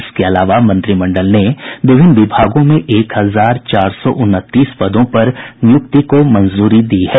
इसके अलावा मंत्रिमंडल ने विभिन्न विभागों में एक हजार चार सौ उनतीस पदों पर नियुक्ति को मंजूरी दी है